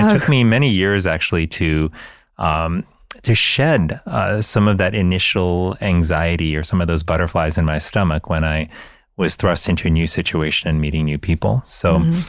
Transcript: took me many years, actually, to um to shed ah some of that initial anxiety or some of those butterflies in my stomach when i was thrust into a new situation and meeting new people. so,